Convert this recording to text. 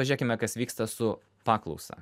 pažiūrėkime kas vyksta su paklausa